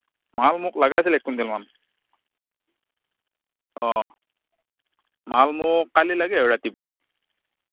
মাল মোক লগা আছিল এক কুইণ্টলমান অ' মাল মোক কালি লাগে আৰু ৰাতিপুৱা